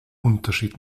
unterschied